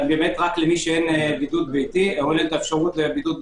רק למי שאין בידוד ביתי או אין האפשרות לכך.